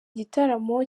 gitaramo